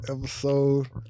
episode